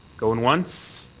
going once.